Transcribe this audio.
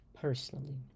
personally